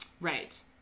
Right